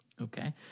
Okay